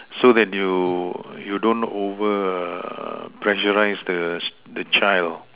so that you you don't over err pressurize the the child